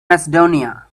macedonia